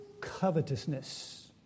covetousness